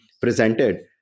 presented